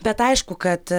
bet aišku kad